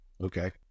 Okay